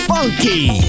Funky